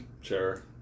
Sure